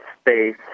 space